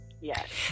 Yes